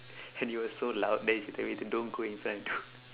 and it was so loud that she told me to don't go in front don't